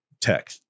tech